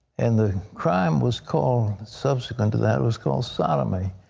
and the crime was called subsequent to that was called sodomy.